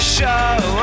Show